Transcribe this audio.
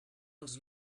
els